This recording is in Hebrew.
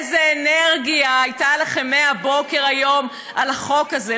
איזה אנרגיה הייתה לכם מהבוקר היום על החוק הזה,